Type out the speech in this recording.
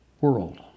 world